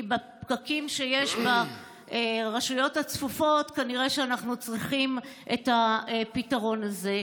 כי בפקקים שיש ברשויות הצפופות כנראה אנחנו צריכים את הפתרון הזה.